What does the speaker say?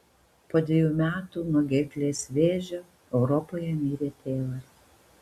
po dvejų metų nuo gerklės vėžio europoje mirė tėvas